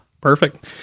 Perfect